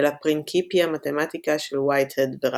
ולפרינקיפיה מתמטיקה של וייטהד וראסל.